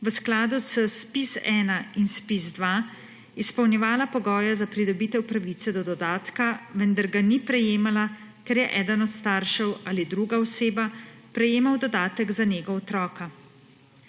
v skladu z ZPIZ-1 in ZPIZ-2 izpolnjevala pogoje za pridobitev pravice do dodatka, vendar ga ni prejemala, ker je eden od staršev ali druga oseba prejemala dodatek za nego otroka.